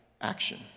action